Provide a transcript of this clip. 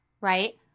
Right